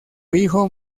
hijo